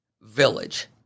Village